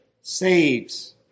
saves